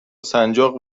سنجاق